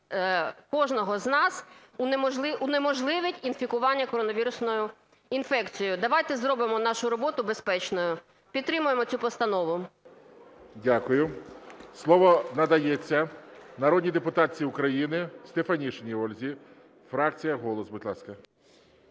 кожного з нас, унеможливить інфікування коронавірусною інфекцією. Давайте зробимо нашу роботу безпечною. Підтримаємо цю постанову. ГОЛОВУЮЧИЙ. Дякую. Слово надається народній депутатці України Стефанишиній Ользі, фракція "Голос",